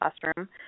classroom